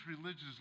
religious